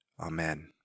Amen